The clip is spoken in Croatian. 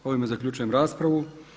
Ovime zaključujem raspravu.